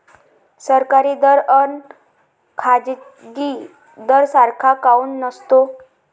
सरकारी दर अन खाजगी दर सारखा काऊन नसतो?